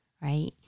right